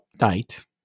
night